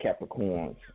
Capricorns